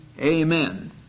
Amen